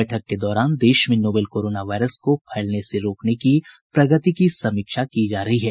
बैठक के दौरान देश में नोवेल कोरोना वायरस को फैलने से रोकने की प्रगति की समीक्षा की जा रही है